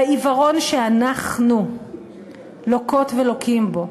והעיוורון שאנחנו לוקות ולוקים בו,